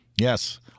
Yes